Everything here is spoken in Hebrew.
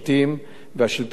והשלטון המקומי,